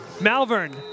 Malvern